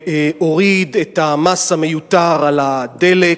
והוריד את המס המיותר על הדלק.